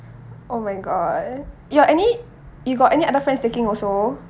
oh my god you got any you got any other friends taking also